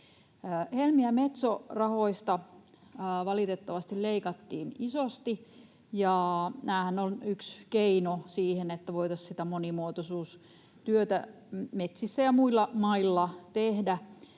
Helmi- ja Metso-rahoista valitettavasti leikattiin isosti, ja nämähän ovat yksi keino siihen, että voitaisiin sitä monimuotoisuustyötä metsissä ja muilla mailla tehdä.